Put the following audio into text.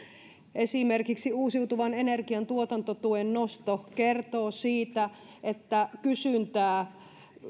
esimerkiksi uusiutuvan energian tuotantotuen nosto kertoo siitä että kysyntää